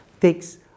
takes